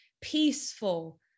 peaceful